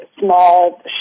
small